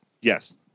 yes